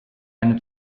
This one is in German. eine